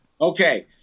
Okay